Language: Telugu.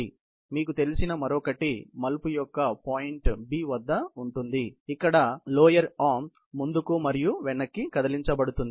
మీకు తెలిసిన మరొకటి మలుపు యొక్క పాయింట్ B వద్ద ఉంటుంది ఇక్కడ లోయర్ ఆర్మ్ ముందుకు మరియు వెనక్కి కదలించబడుతుంది